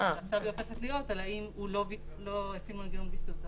ועכשיו היא הופכת להיות על האם הוא לא הפעיל מנגנון ויסות.